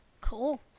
Cool